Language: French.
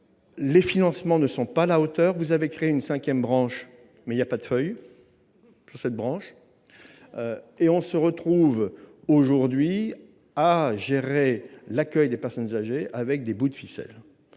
Les financements ne sont pas à la hauteur. Vous avez créé une cinquième branche, mais elle n’a pas de feuilles… Finalement, on en est réduit à gérer l’accueil des personnes âgées avec des bouts de ficelle